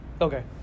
Okay